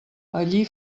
allí